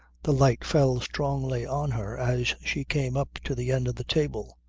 the light fell strongly on her as she came up to the end of the table.